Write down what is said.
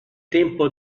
tempo